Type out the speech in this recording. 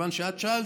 מכיוון שאת שאלת,